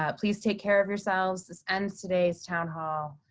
ah please take care of yourselves. this ends today's town hall.